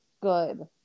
good